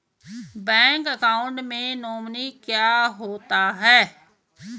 Bank account में nominee क्या होता है?